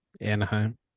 Anaheim